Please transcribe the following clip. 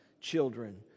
children